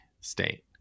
state